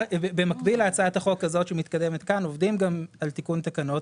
במקביל להצעת החוק הזאת שמתקדמת כאן עובדים גם על תיקון תקנות.